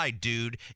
dude